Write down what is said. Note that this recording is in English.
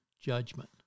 judgment